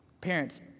Parents